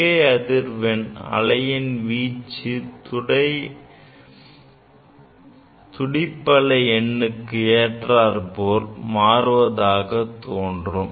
மிகை அதிர்வெண் அலையின் வீச்சு துடிப்பலை எண்ணுக்கு ஏற்றார்போல் மாறுவதாக தோன்றும்